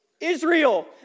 Israel